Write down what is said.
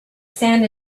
sand